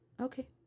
okay